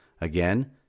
Again